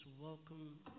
welcome